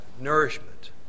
nourishment